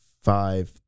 five